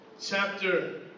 chapter